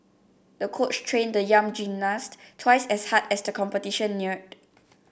the coach trained the young gymnast twice as hard as the competition neared